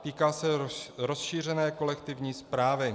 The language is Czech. Týká se rozšířené kolektivní správy.